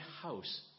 house